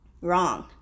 wrong